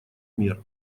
мер